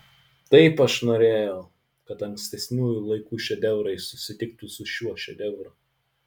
taip aš norėjau kad ankstesniųjų laikų šedevrai susitiktų su šiuo šedevru